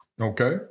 Okay